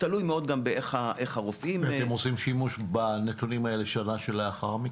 אתם עושים שימוש בנתונים של השנה שלאחר מכן?